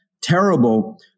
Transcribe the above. terrible